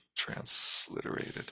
transliterated